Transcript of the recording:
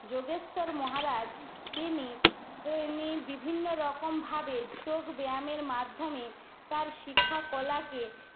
যোগেশ্বর মহারাজ তিনি বিভিন্ন রকমভাবে যোগ ব্যায়ামের মাধ্যমে তার শিক্ষা কলাকে